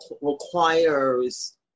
requires